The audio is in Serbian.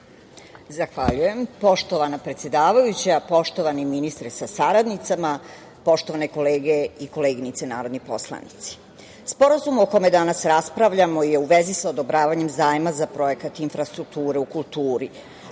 Zahvaljujem. Poštovana predsedavajuća, poštovani ministre sa saradnicama, poštovane kolege i koleginice narodni poslanici, sporazum o kome danas raspravljamo je u vezi sa odobravanjem zajma za projekat infrastrukture u kulturi.